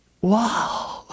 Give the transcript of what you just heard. Wow